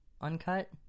uncut